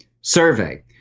survey